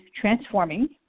transforming